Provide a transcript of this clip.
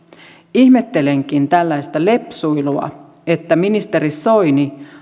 ihmettelenkin tällaista lepsuilua että ministeri soini